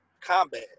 combat